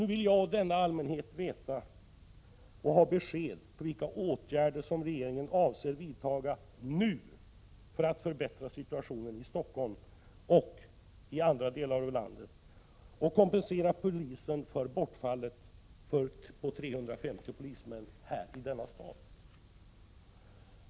Nu vill jag och denna allmänhet veta och ha besked om vilka åtgärder regeringen avser att nu vidta för att förbättra situationen i Stockholm och i andra delar av landet. Det behövs också åtgärder för att kompensera polisen för bortfallet på 350 polismän här i denna stad.